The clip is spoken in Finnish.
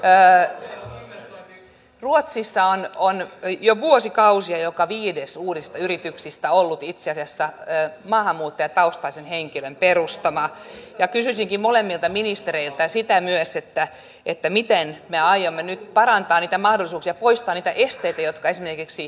öä ruotsissa on jo vuosikausia joka viides suurista yrityksistä ollut itse asiassa maahanmuuttajataustaisen henkilön perustama ja sitä paitsi mitä säästöjä siitä tulee kun kunnat joka tapauksessa joutuvat maksamaan ne toimeentulokulut mikäli pystyvät